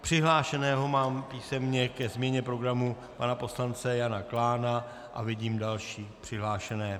Přihlášeného mám písemně ke změně programu pana poslance Jana Klána a vidím další přihlášené.